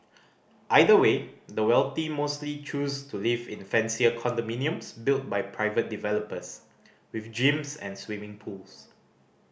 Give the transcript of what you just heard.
either way the wealthy mostly choose to live in fancier condominiums built by private developers with gyms and swimming pools